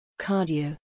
Cardio